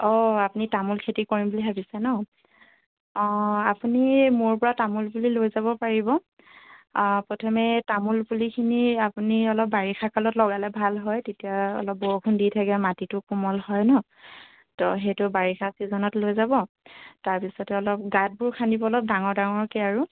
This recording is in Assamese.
অ আপুনি তামোল খেতি কৰিম বুলি ভাবিছে ন' অ আপুনি মোৰ পৰা তামোল পুলি লৈ যাব পাৰিব প্ৰথমে তামোল পুলিখিনি আপুনি অলপ বাৰিষা কালত লগালে ভাল হয় তেতিয়া অলপ বৰষুণ দি থাকে মাটিটো কোমল হয় ন' তো সেইটো বাৰিষা চিজনত লৈ যাব তাৰপিছতে অলপ গাঁতবোৰ খান্দিব অলপ ডাঙৰ ডাঙৰকৈ আৰু